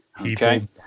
Okay